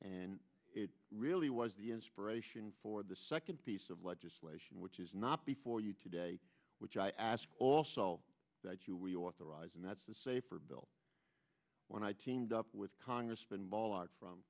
and it really was the inspiration for the second piece of legislation which is not before you today which i ask also that you we authorize and that's to say for bill when i teamed up with congressman boehlert from